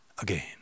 again